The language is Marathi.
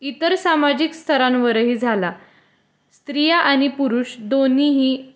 इतर सामाजिक स्तरांवरही झाला स्त्रिया आणि पुरुष दोन्हीही